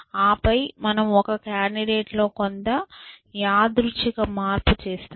ఆపై మనము ఒక కాండిడేట్ లో కొంత యాదృచ్ఛిక మార్పు చేస్తాము